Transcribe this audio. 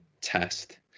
test